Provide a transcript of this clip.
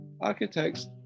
Architects